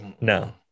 No